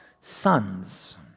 sons